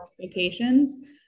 vacations